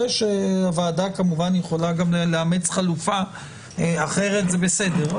זה שהוועדה יכולה כמובן לאמץ חלופה אחרת זה בסדר,